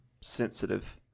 sensitive